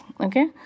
Okay